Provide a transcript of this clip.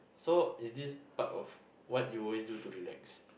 so is this part of what you always do to relax